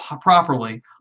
properly